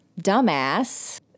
Dumbass